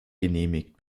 genehmigt